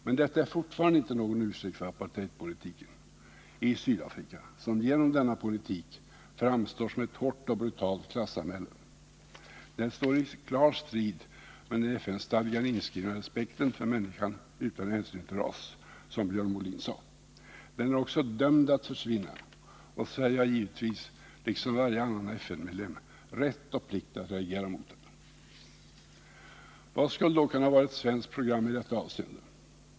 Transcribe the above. Men detta är fortfarande ingen ursäkt för apartheidpolitiken i Sydafrika, ett land som genom denna politik framstår som ett hårt och brutalt klassamhälle. Den politiken står i klar strid med den i FN-stadgan inskrivna respekten för människan utan hänsyn till ras, som Björn Molin sade. Den är också dömd att försvinna, och Sverige har givetvis, liksom varje annan FN-medlem, rätt och plikt att reagera mot den. Vad skulle då kunna vara ett svenskt program i detta avseende?